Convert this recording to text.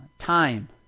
time